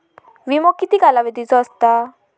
विमो किती कालावधीचो असता?